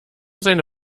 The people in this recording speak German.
seine